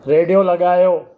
radio लॻायो